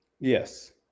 Yes